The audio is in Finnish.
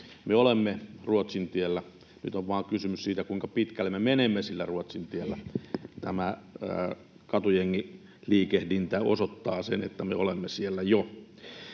Me olemme Ruotsin tiellä. Nyt on vain kysymys siitä, kuinka pitkälle me menemme sillä Ruotsin tiellä. Tämä katujengiliikehdintä osoittaa sen, että me olemme siellä jo.